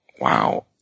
wow